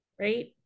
right